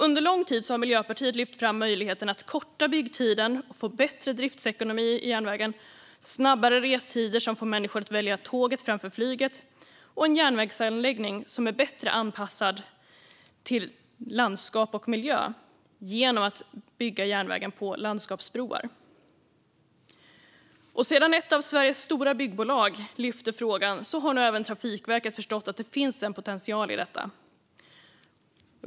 Under lång tid har Miljöpartiet lyft fram möjligheten att korta byggtiden, få bättre driftsekonomi i järnvägen, snabbare restider som får människor att välja tåget framför flyget och en järnvägsanläggning som är bättre anpassad till landskap och miljö genom att järnvägen byggs på landskapsbroar. Sedan ett av Sveriges stora byggbolag lyfte fram frågan har även Trafikverket förstått att det finns en potential i detta.